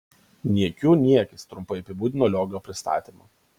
niekių niekis trumpai apibūdino liogio pristatymą